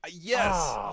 Yes